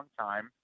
time